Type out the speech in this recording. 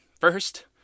First